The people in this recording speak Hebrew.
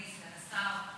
אדוני סגן השר,